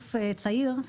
גוף צעיר.